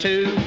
Two